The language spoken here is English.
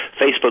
Facebook